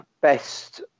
Best